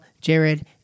Jared